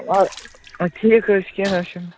آ ٹھیٖک حظ چھُ کیٚنٛہہ نہَ حظ چھُنہٕ